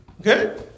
Okay